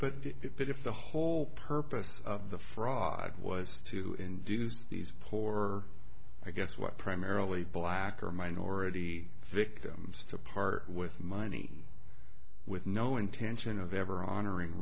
it if the whole purpose of the frog was to induce these poor or i guess what primarily black or minority victims to part with money with no intention of ever honoring